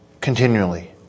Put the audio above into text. continually